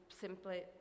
simply